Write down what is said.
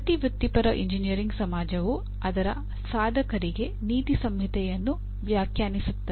ಪ್ರತಿ ವೃತ್ತಿಪರ ಎಂಜಿನಿಯರಿಂಗ್ ಸಮಾಜವು ಅದರ ಸಾಧಕರಿಗೆ ನೀತಿ ಸಂಹಿತೆಯನ್ನು ವ್ಯಾಖ್ಯಾನಿಸುತ್ತದೆ